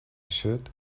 should